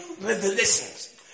revelations